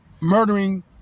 murdering